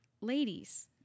ladies